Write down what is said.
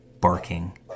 barking